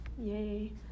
Yay